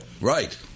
Right